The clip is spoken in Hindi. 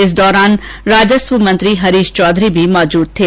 इस दौरान राजस्व मंत्री हरीश चौधरी भी मौजूद थे